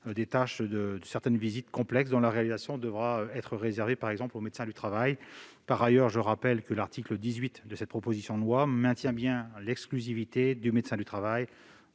de tâches certaines visites complexes dont la réalisation devra être réservée au médecin du travail. Par ailleurs, je rappelle que l'article 18 de la proposition de loi maintient bien la compétence exclusive du médecin du travail